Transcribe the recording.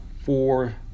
four